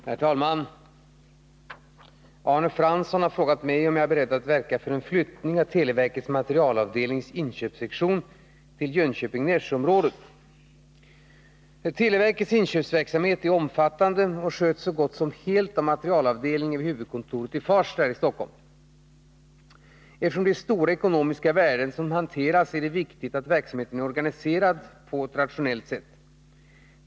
Herr talman! Arne Fransson har frågat mig om jag är beredd att verka för en flyttning av televerkets materialavdelnings inköpssektion till Jönköping Nässjö-området. Televerkets inköpsverksamhet är omfattande och sköts så gott som helt av materialavdelningen vid huvudkontoret i Farsta. Eftersom det är stora ekonomiska värden som hanteras är det viktigt att verksamheten är organiserad på ett rationellt sätt.